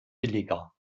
billiger